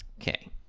Okay